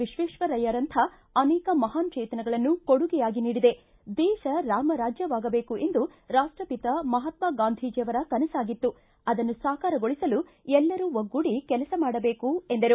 ವಿಶ್ವೇಶ್ವರಯ್ಯ ರಂಥ ಅನೇಕ ಮಹಾನ್ ಚೇತನಗಳನ್ನು ಕೊಡುಗೆಯಾಗಿ ನೀಡಿದೆ ದೇಶ ರಾಮ ರಾಜ್ಯವಾಗಬೇಕು ಎಂದು ರಾಷ್ಟಬಿತ ಮಹಾತ್ಮ ಗಾಂಧೀಜಿಯವರ ಕನಸಾಗಿತ್ತು ಅದನ್ನು ಸಾಕಾರಗೊಳಿಸಲು ಎಲ್ಲರೂ ಒಗ್ಗೂಡಿ ಕೆಲಸ ಮಾಡಬೇಕು ಎಂದರು